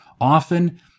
Often